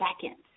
seconds